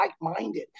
like-minded